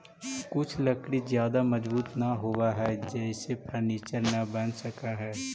कुछ लकड़ी ज्यादा मजबूत न होवऽ हइ जेसे फर्नीचर न बन सकऽ हइ